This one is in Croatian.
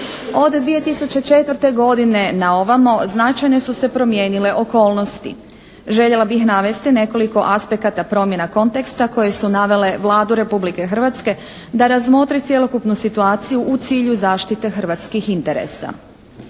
Od 2004. godine na ovamo, značajne su se promijenile okolnosti. Željela bih navesti nekoliko aspekata promjena konteksta koje su navele Vladu Republike Hrvatske da razmotri cjelokupnu situaciju u cilju zaštite hrvatskih interesa.